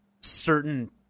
certain